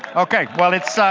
okay, well, it's ah